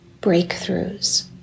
breakthroughs